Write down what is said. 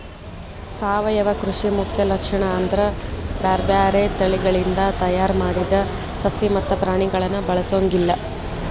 ಸಾವಯವ ಕೃಷಿ ಮುಖ್ಯ ಲಕ್ಷಣ ಅಂದ್ರ ಬ್ಯಾರ್ಬ್ಯಾರೇ ತಳಿಗಳಿಂದ ತಯಾರ್ ಮಾಡಿದ ಸಸಿ ಮತ್ತ ಪ್ರಾಣಿಗಳನ್ನ ಬಳಸೊಂಗಿಲ್ಲ